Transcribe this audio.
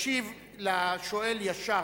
ישיב לשואל ישר.